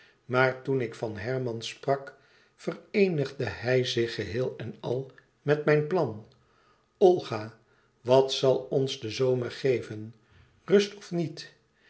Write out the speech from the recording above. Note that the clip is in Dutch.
maar toen ik van herman sprak vereenigde hij zich geheel en al met mijn plan olga wat zal ons de zomer geven rust of niet